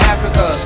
Africa